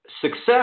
success